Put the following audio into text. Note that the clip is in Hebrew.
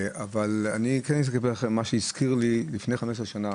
זה הזכיר לי שלפני 15 שנה